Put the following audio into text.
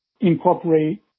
incorporate